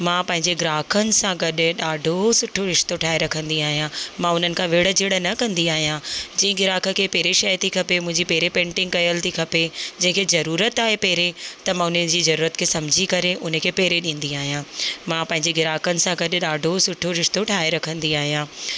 मां पंहिंजे ग्राहकनि सां गॾु ॾाढो सुठो रिश्तो ठाहे रखंदी आहियां मां उन्हनि खां विड़ झिड़ न कंदी आहियां जे ग्राहक खे पहिरीं शइ थी खपे मुंहिंजी पहिरीं पेंटिंग थी कयल खपे जंहिंखे ज़रूरत आहे पहिरियों त मां उन जी ज़रूरत खे सम्झी करे उन खे पहिरियों ॾींदी आहियां मां पंहिंजे ग्राहकनि सां गॾु ॾाढो सुठो रिश्तो ठाहे रखंदी आहियां